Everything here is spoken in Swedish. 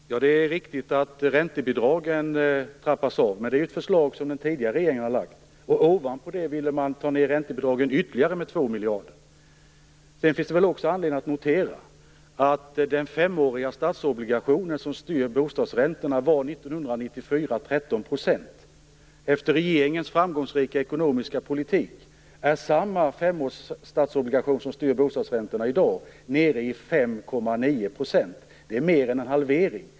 Fru talman! Det är riktigt att räntebidragen trappas av. Men det är ju ett förslag som den tidigare regeringen har lagt fram. Ovanpå det ville man ta ned räntebidraget med ytterligare 2 miljarder. Det finns också anledning att notera att den femåriga statsobligationen som styr bostadsräntorna 1994 var 13 %. Efter regeringens framgångsrika ekonomiska politik är samma femåriga statsobligation som styr bostadsräntorna i dag nere i 5,9 %. Det är mer än en halvering.